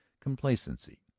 complacency